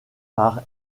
par